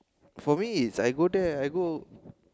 for me is I go there I go